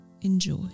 enjoy